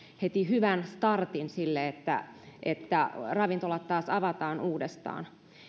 heti hyvän startin sille että että ravintolat taas avataan uudestaan